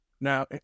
Now